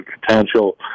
potential